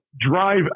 drive